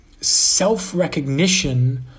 self-recognition